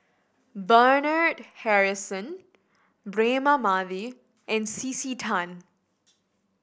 Bernard Harrison Braema Mathi and C C Tan